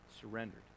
surrendered